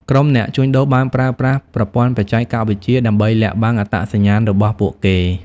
ក្រុមអ្នកជួញដូរបានប្រើប្រាស់ប្រព័ន្ធបច្ចេកវិទ្យាដើម្បីលាក់បាំងអត្តសញ្ញាណរបស់ពួកគេ។